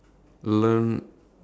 learn